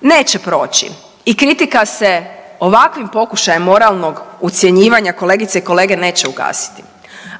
nećemo proći i kritika se ovakvim pokušajem moralnog ucjenjivanja kolegice i kolege, neće ugasiti.